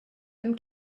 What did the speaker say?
them